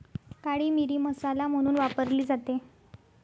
काळी मिरी मसाला म्हणून वापरली जाते